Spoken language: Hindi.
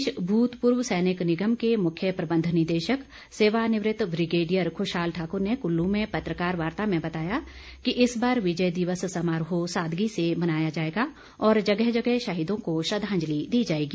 प्रदेश भूतपूर्व सैनिक निगम के मुख्य प्रबंध निदेशक सेवानिवृत ब्रिगेडियर खुशाल ठाकुर ने कुल्लू में पत्रकार वार्ता में बताया कि इस बार विजय दिवस समारोह सादगी से मनाया जाएगा और जगह जगह शहीदों को श्रद्वांजलि दी जाएगी